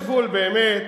כבר יש גבול, באמת,